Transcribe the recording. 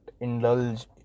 indulge